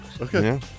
Okay